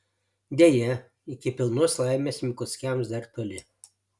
deja iki pilnos laimės mikuckiams dar toli